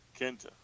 Kenta